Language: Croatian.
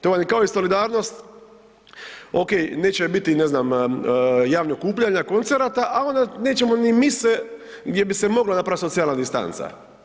To vam je kao i solidarnost ok, neće biti javnih okupljanja koncerata, a onda nećemo ni mise gdje bi se mogla napraviti socijalna distanca.